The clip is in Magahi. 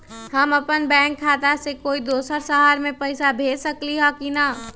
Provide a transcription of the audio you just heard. हम अपन बैंक खाता से कोई दोसर शहर में पैसा भेज सकली ह की न?